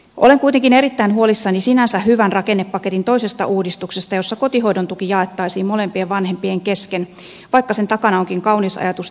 olen kuitenkin erittäin huolissani sinänsä hyvän rakennepaketin toisesta uudistuksesta jossa kotihoidon tuki jaettaisiin molempien vanhempien kesken vaikka sen takana onkin kaunis ajatus tasa arvosta